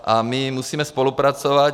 A musíme spolupracovat.